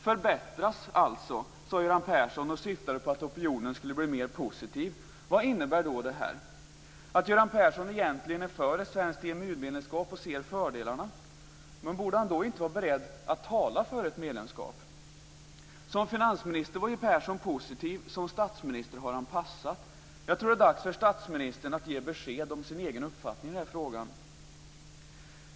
Förbättras, sade Göran Persson, och syftade på att opinionen skulle bli mer positiv. Vad innebär då detta? Att Göran Persson egentligen är för ett svenskt EMU-medlemskap och ser fördelarna? Borde han då inte vara beredd att tala för ett medlemskap? Som finansminister var Persson positiv, som statsminister har han passat. Jag tror det är dags för statsministern att ge besked om sin egen uppfattning i den här frågan.